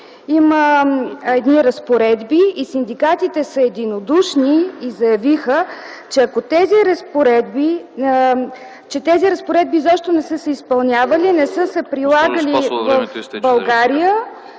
има едни разпоредби и синдикатите са единодушни и заявиха, че тези разпоредби изобщо не са се изпълнявали, не са се прилагали в България.